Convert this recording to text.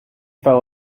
fell